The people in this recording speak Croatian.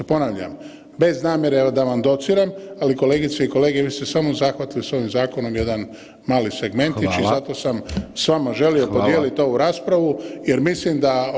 Ponavljam, bez namjere da vam dociram, ali kolegice i kolege vi ste samo zahvatili s ovim zakonom jedan mali segmentić i zato sam s vama želio podijeliti ovu raspravu jer mislim da [[Upadica: Hvala vam.]] Hvala vama.